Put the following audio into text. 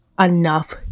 enough